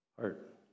heart